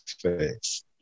face